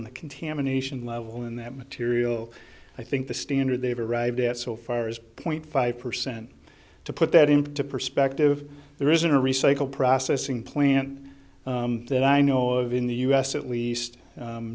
on the contamination level and that material i think the standard they've arrived at so far is point five percent to put that into perspective there isn't a recycle processing plant that i know of in the u s at least